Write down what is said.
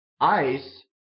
ICE